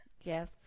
Yes